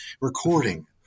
recording